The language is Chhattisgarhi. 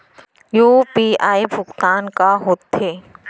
यू.पी.आई भुगतान का होथे?